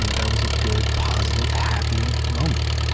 you know that was a good, positive happy moment.